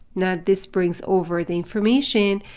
now, this brings over the information,